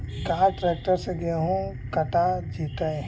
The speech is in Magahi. का ट्रैक्टर से गेहूं कटा जितै?